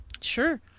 Sure